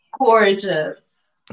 gorgeous